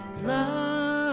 love